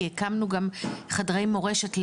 כי הקמנו גם חדרי מורשת,